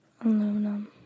Aluminum